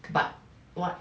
but what